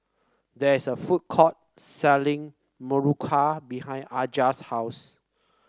there is a food court selling muruku behind Aja's house